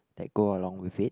that go along with it